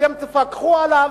אתם תפקחו עליה.